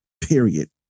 period